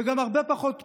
וגם הרבה פחות פצועים.